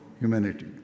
humanity